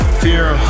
fear